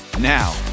Now